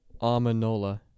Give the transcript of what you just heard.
Amanola